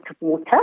water